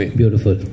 beautiful